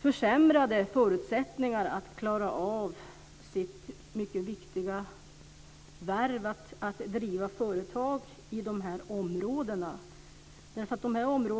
försämrade förutsättningar för att klara av sitt mycket viktiga värv att driva företag i de här områdena.